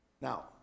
Now